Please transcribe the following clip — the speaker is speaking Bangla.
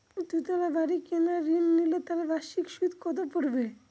দুতলা বাড়ী কেনার ঋণ নিলে তার বার্ষিক সুদ কত পড়বে?